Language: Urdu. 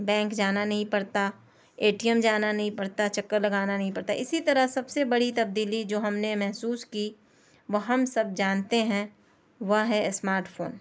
بینک جانا نہیں پڑتا اے ٹی ایم جانا نہیں پڑتا چکر نہیں لگانا پڑتا اسی طرح سب سے بڑی تبدیلی جو ہم نے محسوس کی وہ ہم سب جانتے ہیں وہ ہے اسمارٹ فون